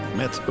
met